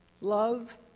love